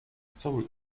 sorry